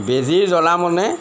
বেজিৰ জলঙা মনে